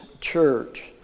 church